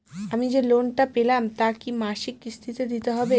আমি যে লোন টা পেলাম তা কি মাসিক কিস্তি তে দিতে হবে?